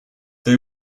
they